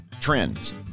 trends